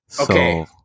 Okay